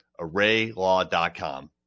arraylaw.com